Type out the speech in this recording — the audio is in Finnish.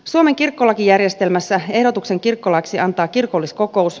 suomen kirkkolakijärjestelmässä ehdotuksen kirkkolaiksi antaa kirkolliskokous